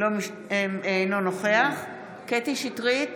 אינו נוכח קטי קטרין שטרית,